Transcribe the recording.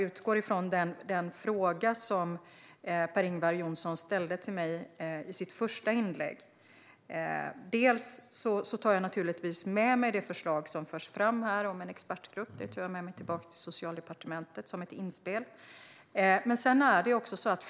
Det finns vidare något som jag inte har sagt tidigare och som inte heller nämndes i interpellationssvaret, och det utgår lite grann från den fråga som Per-Ingvar Johnsson ställde i sitt första inlägg.